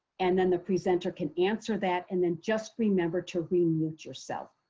and then the presenter can answer that, and then just remember to remute yourself.